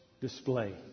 display